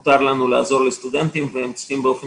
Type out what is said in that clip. מותר לנו לעזור לסטודנטים והם צריכים באופן